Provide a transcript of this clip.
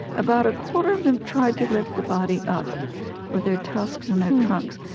about a quarter of them tried to lift the body up with their tusks and their trunks,